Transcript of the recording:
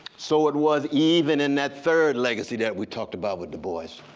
so it was even in that third legacy that we talked about with du bois.